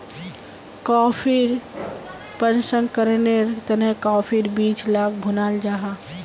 कॉफ़ीर प्रशंकरनेर तने काफिर बीज लाक भुनाल जाहा